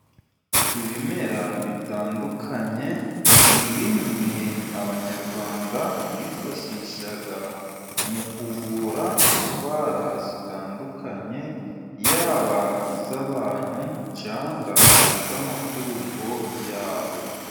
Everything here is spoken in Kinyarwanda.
Ibimera bitandukanye ni bimwe abanyarwanda, bifashisha mu kuvura indwara zitandukanye, yaba iz'abantu cyangwa iz'amatungo yabo.